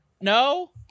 No